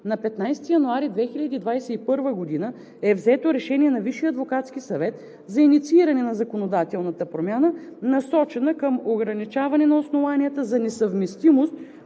на 15 януари 2021 г. е взето решение на Висшия адвокатски съвет за иницииране на законодателната промяна, насочена към ограничаване на основанията за несъвместимост